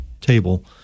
table